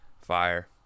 Fire